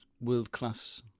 world-class